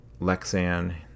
Lexan